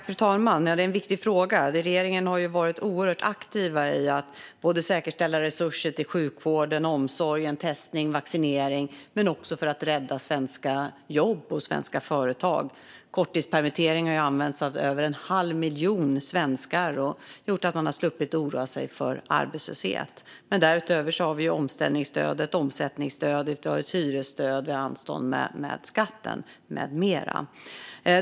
Fru talman! Det är en viktig fråga. Regeringen har varit oerhört aktiv i att säkerställa resurser till sjukvården och omsorgen, testning och vaccinering men också för att rädda svenska jobb och svenska företag. Korttidspermitteringar har använts av över en halv miljon svenskar och har gjort att de har sluppit oroa sig för arbetslöshet. Därutöver har vi omställningsstödet, omsättningsstödet, ett hyresstöd, anstånd med skatten med mera.